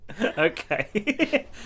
Okay